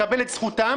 לקבל את זכותם,